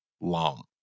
long